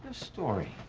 story,